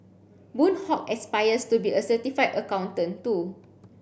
Boon Hock aspires to be a certified accountant too